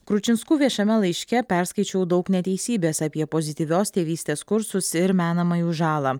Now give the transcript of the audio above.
kručinskų viešame laiške perskaičiau daug neteisybės apie pozityvios tėvystės kursus ir menamą jų žalą